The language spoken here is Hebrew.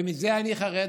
ומזה אני חרד,